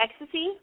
Ecstasy